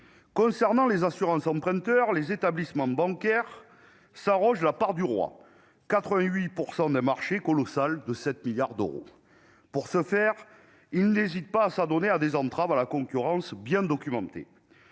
en matière d'assurances emprunteur, les établissements bancaires s'arrogent la part du roi, soit 88 % d'un marché colossal de 7 milliards d'euros. Pour ce faire, ils n'hésitent pas à s'adonner à des entraves à la concurrence par des